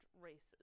races